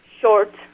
short